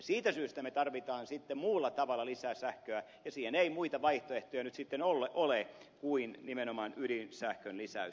siitä syystä me tarvitsemme sitten muulla tavalla lisää sähköä ja siihen ei muita vaihtoehtoja nyt sitten ole kuin nimenomaan ydinsähkön lisäys